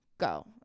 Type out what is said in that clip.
go